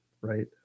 right